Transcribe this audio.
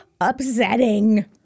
upsetting